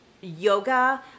yoga